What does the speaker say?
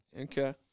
Okay